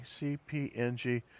CPNG